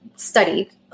studied